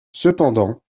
cependant